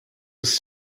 was